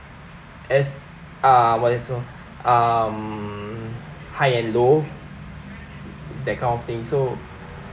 as uh what's it called um high and low that kind of thing so